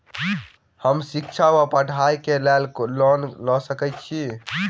हम शिक्षा वा पढ़ाई केँ लेल लोन लऽ सकै छी?